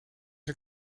los